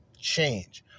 change